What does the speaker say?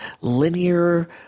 linear